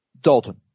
Dalton